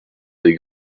des